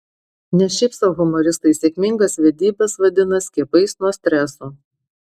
ne šiaip sau humoristai sėkmingas vedybas vadina skiepais nuo streso